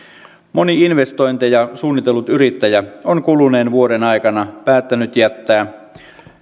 moni investointeja suunnitellut yrittäjä on kuluneen vuoden aikana päättänyt jättää